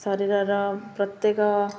ଶରୀରର ପ୍ରତ୍ୟେକ